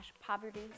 poverty